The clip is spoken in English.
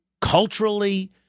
culturally